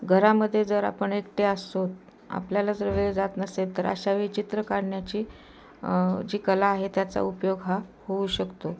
घरामध्ये जर आपण एकटे असतो आपल्याला जर वेळ जात नसेल तर अशावेळी चित्र काढण्याची जी कला आहे त्याचा उपयोग हा होऊ शकतो